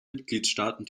mitgliedstaaten